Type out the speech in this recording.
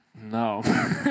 no